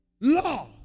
Law